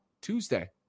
Tuesday